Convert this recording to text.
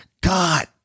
God